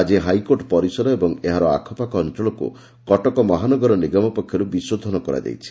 ଆଜି ହାଇକୋର୍ଟ ପରିସର ଏବଂ ଏହାର ଆଖପାଖ ଅଞ୍ଞଳକ୍ କଟକ ମହାନଗର ନିଗମ ପକ୍ଷରୁ ବିଶୋଧନ କରାଯାଇଛି